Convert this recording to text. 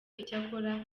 icyakora